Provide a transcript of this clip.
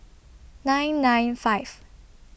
nine nine five